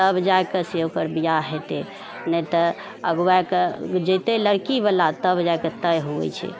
तब जाके से ओकर बिआह हेतय नहि तऽ अगुआक जेतय लड़कीवला तब जाके तय होबय छै